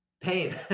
Pain